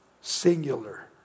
Singular